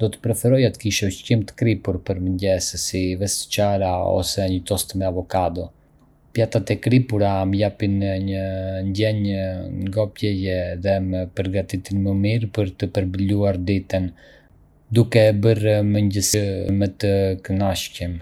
Do të preferoja të kisha ushqim të kripur për mëngjes, si vezë të çara ose një tost me avokado. Pjatat e kripura më japin një ndjenjë ngopjeje dhe më përgatitin më mirë për të përballuar ditën, duke e bërë mëngjesin më të kënaqshëm.